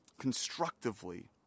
constructively